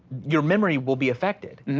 your memory will be affected.